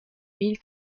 mille